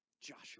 Joshua